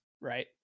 right